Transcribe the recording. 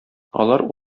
алар